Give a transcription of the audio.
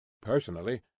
Personally